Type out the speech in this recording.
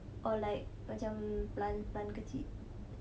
oh like macam plant plant kecik